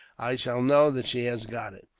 i shall know that she has got it.